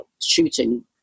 shooting